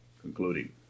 concluding